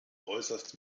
äußerst